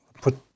put